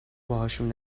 باهاشون